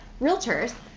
realtors